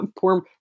poor